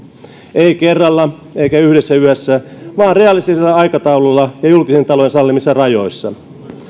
ei kerralla eikä yhdessä yössä vaan realistisella aikataululla ja julkisen talouden sallimissa rajoissa